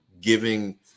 giving